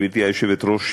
גברתי היושבת-ראש,